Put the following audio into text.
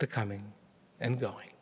the coming and going